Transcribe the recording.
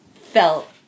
felt